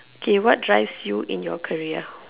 okay what drives you in your career